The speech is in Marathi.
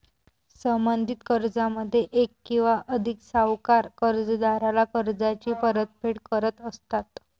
संबंधित कर्जामध्ये एक किंवा अधिक सावकार कर्जदाराला कर्जाची परतफेड करत असतात